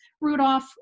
Rudolph